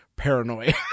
Paranoid